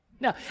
No